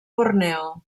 borneo